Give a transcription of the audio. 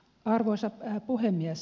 arvoisa puhemies